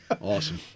awesome